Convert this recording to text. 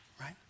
right